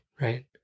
right